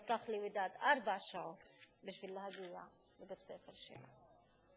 לקח לוודאד ארבע שעות להגיע לבית-הספר שלה.